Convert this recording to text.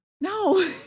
No